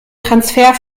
transfer